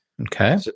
Okay